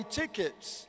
tickets